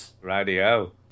radio